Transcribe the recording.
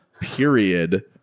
Period